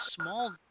small